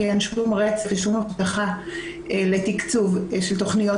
כי אין שום רצף ושום הבטחה לתקצוב של תכניות